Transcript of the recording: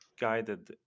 guided